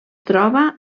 troba